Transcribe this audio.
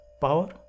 power